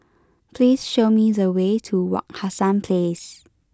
please show me the way to Wak Hassan Place